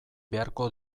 beharko